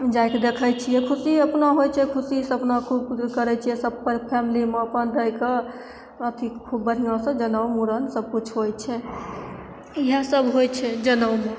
जाके देखै छिए खुशी अपना होइ छै खुशीसे अपना खूब करै छिए सभ फैमिलीमे अपन रहिके अथी खूब बढ़िआँसे जनउ मूड़न सबकिछु होइ छै इएहसब होइ छै जनउमे